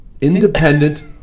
Independent